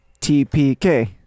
TPK